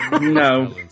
No